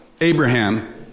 Abraham